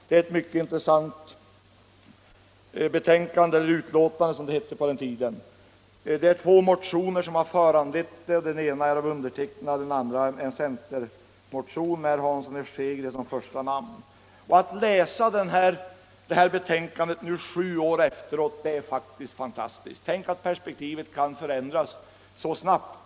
Det är ett mycket intressant utlåtande. Två motioner har föranlett utlåtandet, den ena av mig, den andra med centerpartisten herr Hansson i Skegrie m.fl. som första namn. Att läsa det här utlåtandet nu sju år efteråt är faktiskt fantastiskt. Tänk att perspektivet kan förändras så snabbt!